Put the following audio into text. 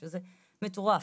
שזה מטורף.